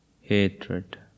hatred